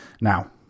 Now